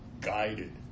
guided